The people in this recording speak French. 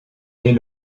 dès